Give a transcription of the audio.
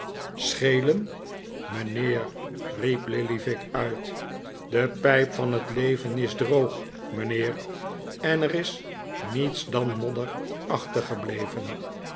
schelen mijnheer riep lillyvick uit de pijp van het leven is droog mijnheer en er is niets dan modder achtergebleven